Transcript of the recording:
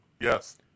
Yes